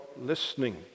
listening